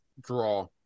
Draw